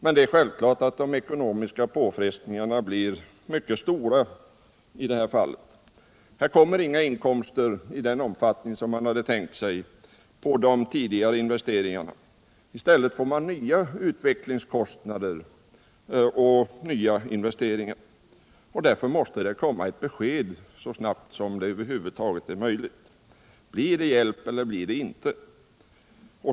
Men de ekonomiska påfrestningarna blir nu mycket stora, eftersom man inte får några inkomster på de tidigare investeringarna utan i stället får nya utvecklingsoch investeringskostnader. Därför måste ett besked lämnas så snabbt det över huvud taget är möjligt. Blir det hjälp eller inte?